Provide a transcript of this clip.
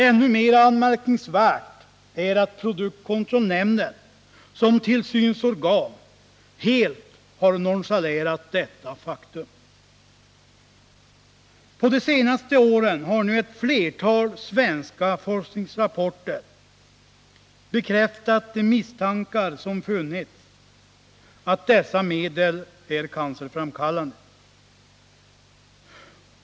Ännu mera anmärkningsvärt är att produktkontrollnämnden som tillsynsorgan helt har nonchalerat detta faktum. Under de senaste åren har nu ett flertal svenska forskningsrapporter bekräftat de misstankar som funnits, att dessa medel är cancerframkallande.